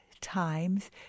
times